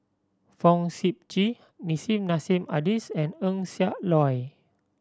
Fong Sip Chee Nissim Nassim Adis and Eng Siak Loy